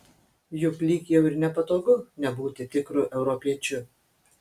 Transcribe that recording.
juk lyg jau ir nepatogu nebūti tikru europiečiu